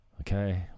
okay